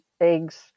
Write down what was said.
eggs